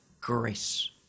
grace